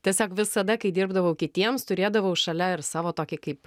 tiesiog visada kai dirbdavau kitiems turėdavau šalia ir savo tokį kaip